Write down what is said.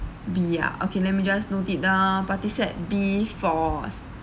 B ah okay let me just note it down party set B for